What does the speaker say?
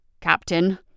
Captain